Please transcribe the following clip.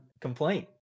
complaint